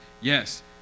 yes